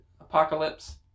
Apocalypse